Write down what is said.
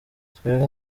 twebwe